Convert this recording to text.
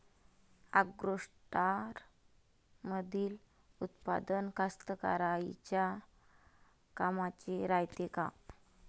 ॲग्रोस्टारमंदील उत्पादन कास्तकाराइच्या कामाचे रायते का?